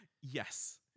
Yes